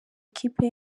ikipe